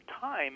time